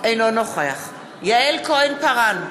אינו נוכח יעל כהן-פארן,